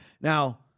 Now